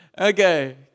Okay